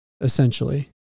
essentially